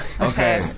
Okay